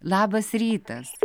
labas rytas